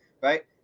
Right